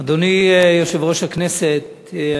אדוני יושב-ראש הכנסת,